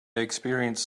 experience